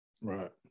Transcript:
Right